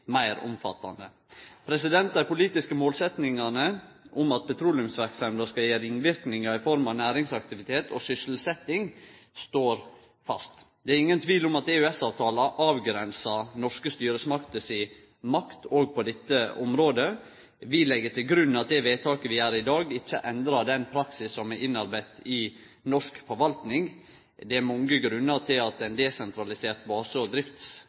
meir omfattande. Dei politiske målsetjingane om at petroleumsverksemda skal gi ringverknader i form av næringsaktivitet og sysselsetjing, står fast. Det er ingen tvil om at EØS-avtalen avgrensar norske styresmakter si makt òg på dette området. Vi legg til grunn at det vedtaket vi gjer i dag, ikkje endrar den praksisen som vi har innarbeidd i norsk forvalting. Det er mange grunnar til at ein desentralisert base- og